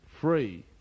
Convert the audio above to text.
free